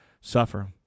suffer